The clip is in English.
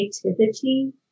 creativity